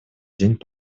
день